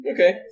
Okay